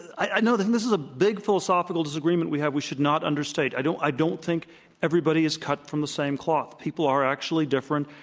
i know that this is a big philosophical disagreement we have. we should not understate. i don't i don't think everybody is cut from the same cloth. people are actually different.